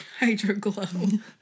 HydroGlow